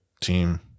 team